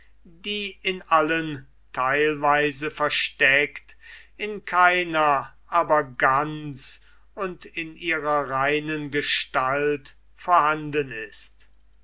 die in allen theilweise versteckt in keiner aber ganz und in ihrer reinen gestalt vorhanden ist